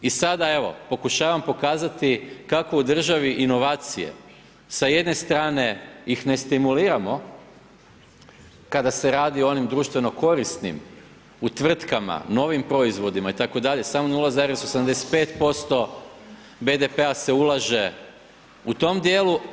I sada, evo, pokušavam pokazati kako u državi inovacije, sa jedne strane ih ne stimuliramo, kada se radi o onim društveno korisnim u tvrtkama, novim proizvodima, itd. … 0,85% BDP-a se ulaže u tom dijelu.